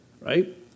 right